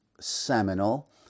seminal